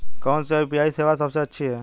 कौन सी यू.पी.आई सेवा सबसे अच्छी है?